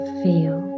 feel